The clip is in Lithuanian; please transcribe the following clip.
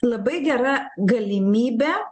labai gera galimybė